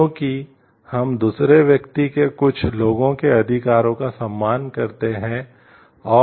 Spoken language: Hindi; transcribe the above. क्योंकि हम दूसरे व्यक्ति के कुछ लोगों के अधिकारों का सम्मान करते हैं और